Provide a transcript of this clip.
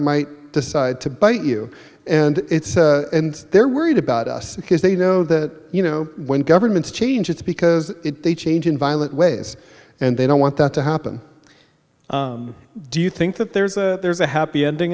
might decide to bite you and they're worried about us because they know that you know when governments change it's because they change in violent ways and they don't want that to happen do you think that there's a there's a happy ending